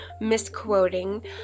misquoting